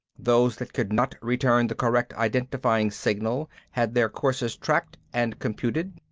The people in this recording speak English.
those that could not return the correct identifying signal had their courses tracked and computed,